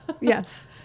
Yes